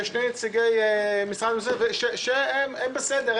יש שני נציגי משרד המשפטים שהם בסדר,